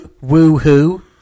woo-hoo